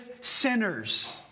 sinners